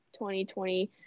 2020